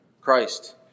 Christ